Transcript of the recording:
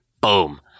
Boom